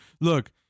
look